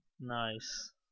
Nice